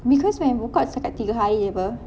because when he book out setakat tiga hari apa